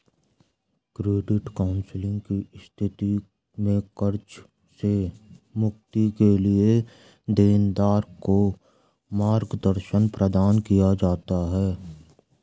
credit counselling की स्थिति में कर्ज से मुक्ति के लिए देनदार को मार्गदर्शन प्रदान किया जाता है